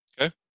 Okay